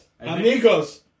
Amigos